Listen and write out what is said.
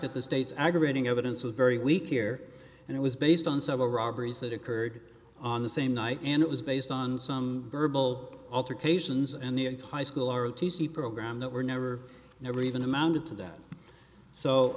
that the state's aggravating evidence a very weak here and it was based on several robberies that occurred on the same night and it was based on some verbal altercations and the high school our o t c program that were never there or even amounted to that so